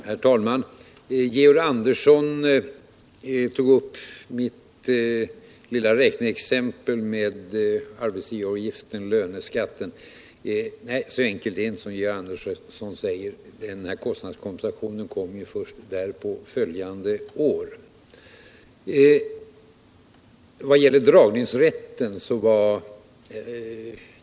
Herr talman! Georg Andersson tog upp mitt lilla räkneexempel med arbetsgivaravgiften-löneskatten. Men så enkelt är det inte som Georg Andersson säger. Den kostnadskompensation han talar om kommer ju först därpå följande år.